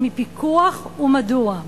מפיקוח ומדוע.